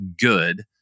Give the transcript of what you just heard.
good